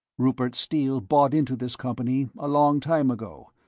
rupert steele bought into this company, a long time ago,